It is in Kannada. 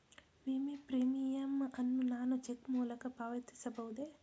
ವಿಮೆ ಪ್ರೀಮಿಯಂ ಅನ್ನು ನಾನು ಚೆಕ್ ಮೂಲಕ ಪಾವತಿಸಬಹುದೇ?